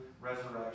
Resurrection